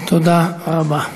תודה רבה.